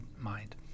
mind